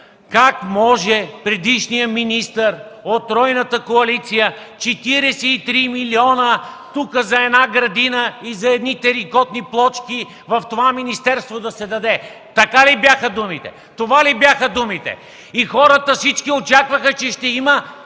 „Как може предишният министър от тройната коалиция да даде 43 милиона за една градина и за едни теракотни плочки в това министерство?” Така ли бяха думите? Това ли бяха думите? И всички хора очакваха, че ще има